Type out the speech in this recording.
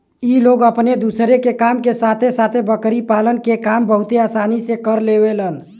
इ लोग अपने दूसरे काम के साथे साथे बकरी पालन के काम बहुते आसानी से कर लेवलन